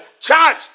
charge